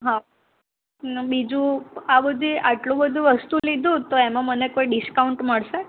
હા ના બીજું આ બધી આટલું બધું વસ્તું લીધું તો એમાં મને કોઈ ડીસ્કાઉન્ટ મળશે